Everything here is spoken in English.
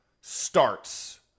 starts